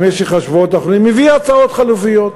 במשך השבועות האחרונים מביאים הצעות חלופיות: